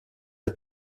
est